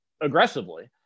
aggressively